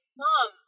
mom